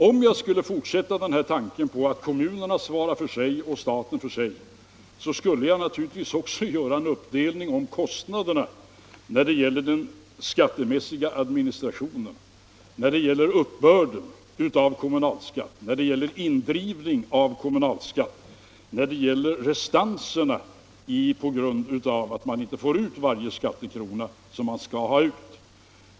Om jag skulle fortsätta den här tanken på att kommunerna svarar för sig och staten för sig så skulle jag naturligtvis göra en upp delning av kostnaderna när det gäller den skattemässiga administrationen, uppbörd och indrivning av kommunalskatt och restantierna på grund av att man inte får ut varje skattekrona som man skall ha ut.